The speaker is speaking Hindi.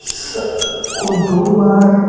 स को दो बार